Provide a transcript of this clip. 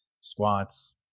squats